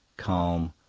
calm,